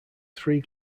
three